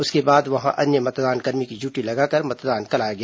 उसके बाद वहां अन्य मतदानकर्मी की ड्यूटी लगाकर मतदान कराया गया